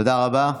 תודה רבה.